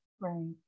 Right